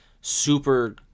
super